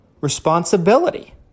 responsibility